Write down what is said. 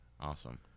Awesome